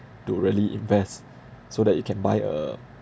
to really invest so that you can buy a